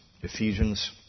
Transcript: Ephesians